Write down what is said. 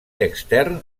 extern